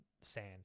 sand